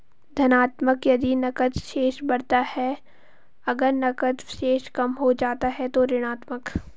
धनात्मक यदि नकद शेष बढ़ता है, अगर नकद शेष कम हो जाता है तो ऋणात्मक